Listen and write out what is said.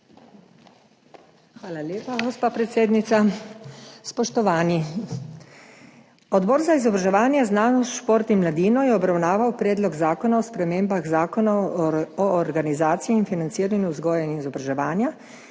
Hvala lepa, gospa predsednica. Spoštovani! Odbor za izobraževanje, znanost, šport in mladino je obravnaval Predlog zakona o spremembah Zakona o organizaciji in financiranju vzgoje in izobraževanja,